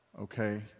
Okay